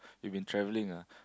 you been travelling ah